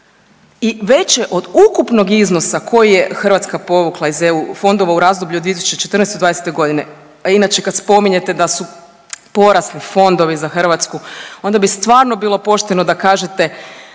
i veće od ukupnog iznosa koji je Hrvatska povukla iz eu fondova u razdoblju od 2014.-2020.g. A inače kad spominjete da su porasli fondovi za Hrvatsku onda bi stvarno bilo pošteno da kažete